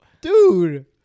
Dude